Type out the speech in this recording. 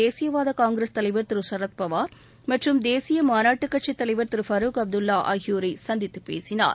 தேசியவாத காங்கிரஸ் தலைவர் திரு சரத்பவார் மற்றும் தேசிய மாநாட்டு கட்சி தலைவர் திரு ஃபரூக் அப்துல்லா ஆகியோரை சந்தித்து பேசினார்